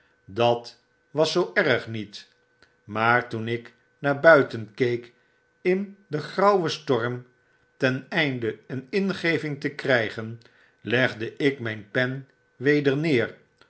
dat was zoo erg niet maar toen ik naar buiten keek in den grauwen storm ten einde een ingeving te krijgen legde ik myn pen weder neer